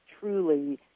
truly